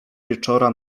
wieczora